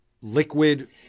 liquid